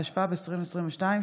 התשפ"ב 2022,